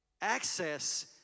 access